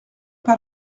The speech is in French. pas